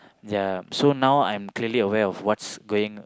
ya so now I'm clearly of what's going